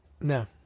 No